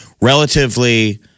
relatively